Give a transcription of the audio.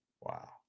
Wow